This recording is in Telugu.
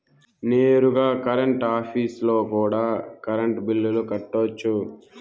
నేరుగా కరెంట్ ఆఫీస్లో కూడా కరెంటు బిల్లులు కట్టొచ్చు